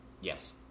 Yes